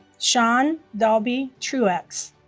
sean dalby truax